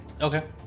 Okay